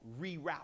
reroute